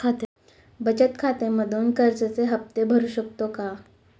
बचत खात्यामधून कर्जाचे हफ्ते भरू शकतो का?